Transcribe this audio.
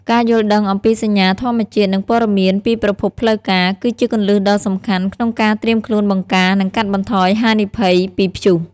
ការយល់ដឹងអំពីសញ្ញាធម្មជាតិ និងព័ត៌មានពីប្រភពផ្លូវការ គឺជាគន្លឹះដ៏សំខាន់ក្នុងការត្រៀមខ្លួនបង្ការ និងកាត់បន្ថយហានិភ័យពីព្យុះ។